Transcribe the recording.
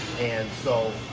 and so,